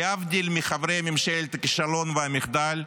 להבדיל מחברי ממשלת הכישלון והמחדל,